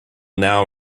now